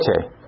Okay